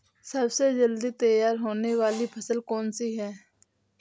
सबसे जल्दी तैयार होने वाली फसल कौन सी है?